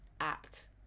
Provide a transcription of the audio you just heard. Apt